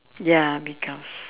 ya big house